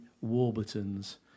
Warburton's